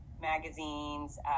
magazines